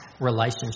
relationship